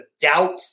doubt